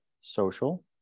social